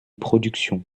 production